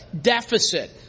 deficit